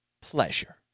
pleasure